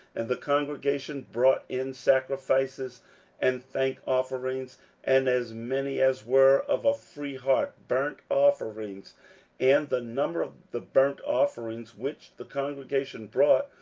and the congregation brought in sacrifices and thank offerings and as many as were of a free heart burnt offerings and the number of the burnt offerings, which the congregation brought,